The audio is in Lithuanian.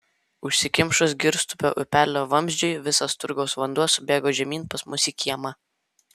užsikimšus girstupio upelio vamzdžiui visas turgaus vanduo subėgo žemyn pas mus į kiemą